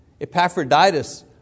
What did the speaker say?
Epaphroditus